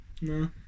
No